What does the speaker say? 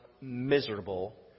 miserable